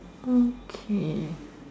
okay